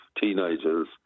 teenagers